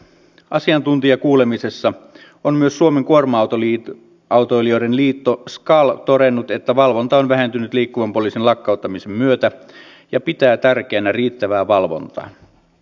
asiantuntijakuulemisessa on myös suomen kuorma autoilijoiden liitto skal todennut että valvonta on vähentynyt liikkuvan poliisin lakkauttamisen myötä ja pitää tärkeänä riittävää valvontaa